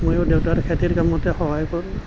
মই দেউতাৰ খেতিৰ কামতে সহায় কৰোঁ